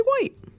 white